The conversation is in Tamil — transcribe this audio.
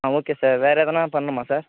ஆ ஓகே சார் வேறு எதனா பண்ணுமா சார்